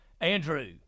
Andrew